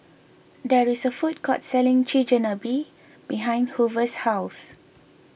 there is a food court selling Chigenabe behind Hoover's house